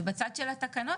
בצד של התקנות,